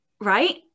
Right